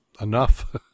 enough